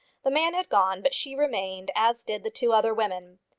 the man had gone, but she remained, as did the two other women.